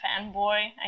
fanboy